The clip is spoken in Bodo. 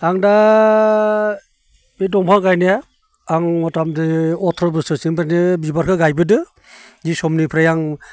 आं दा बे दंफां गायनाया आं मथामथि अथ्र' बोसोरसो निफ्रायनो बिबारखो गायबोदो जि समनिफ्राय आं